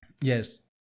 Yes